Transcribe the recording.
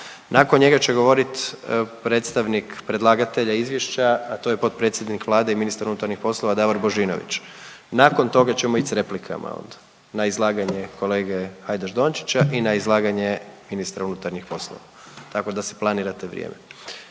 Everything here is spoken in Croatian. Nakon njega će govorit predstavnik predlagatelja izvješća, a to je potpredsjednik Vlade i ministar unutarnjih poslova Davor Božinović. Nakon toga ćemo ići s replikama onda. Na izlaganje kolege Hajdaš Dončića i na izlaganje ministra unutarnjih poslova. Tako da si planirate vrijeme.